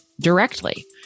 directly